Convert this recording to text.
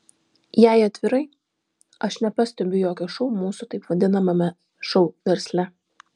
jei atvirai aš nepastebiu jokio šou mūsų taip vadinamame šou versle